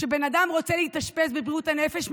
כשבן אדם רוצה להתאשפז בבריאות הנפש,